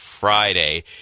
Friday